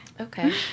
Okay